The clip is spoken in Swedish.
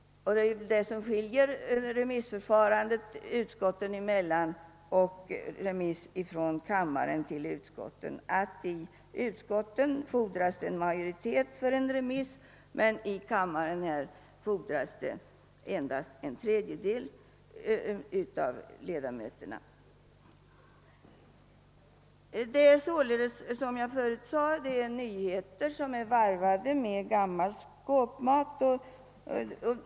Det som skiljer — remissförfarandet «utskotten emellan från remisser från kammaren till utskotten är att det i utskotten fordras en majoritet för beslut om remiss, medan det i kammaren räcker om endast en tredjedel av ledamöterna röstar för remiss. Som jag förut sade är det alltså nyheter varvade med gammal skåpmat.